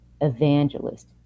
evangelist